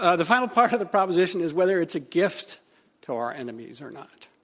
ah the final part of the proposition is whether it's a gift to our enemies or not.